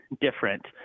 different